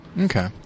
Okay